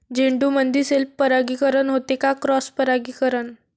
झेंडूमंदी सेल्फ परागीकरन होते का क्रॉस परागीकरन?